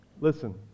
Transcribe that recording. Listen